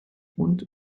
und